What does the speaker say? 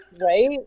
Right